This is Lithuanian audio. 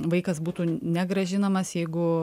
vaikas būtų negrąžinamas jeigu